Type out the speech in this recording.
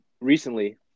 recently